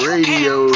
Radio